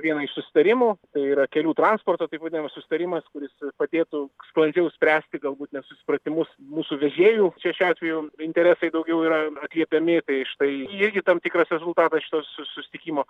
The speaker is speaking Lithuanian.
vieną iš susitarimų tai yra kelių transporto taip vadinamas susitarimas kuris padėtų sklandžiau spręsti galbūt nesusipratimus mūsų vežėjų čia šiuo atveju interesai daugiau yra atliepiami tai štai irgi tam tikras rezultatas šito susitikimo